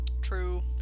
True